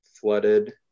flooded